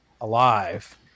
alive